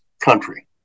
country